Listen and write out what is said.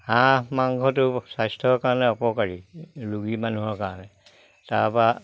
হাঁহ মাংসটো স্বাস্থ্যৰ কাৰণে অপকাৰী ৰোগী মানুহৰ কাৰণে তাৰপা